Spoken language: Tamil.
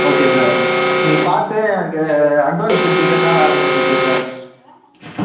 ஓகே சார் நீங்கள் பார்த்து எனக்கு அட்வான்ஸ் கொடுத்திட்டிங்கன்னா வேலை முடிஞ்சிச்சு சார்